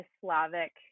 Slavic